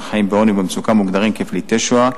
חיים בעוני ובמצוקה מוגדרים כפליטי שואה,